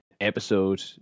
episode